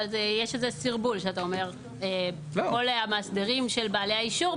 אבל יש איזה סרבול כשאתה אומר כל המאסדרים של בעלי האישור,